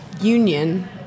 union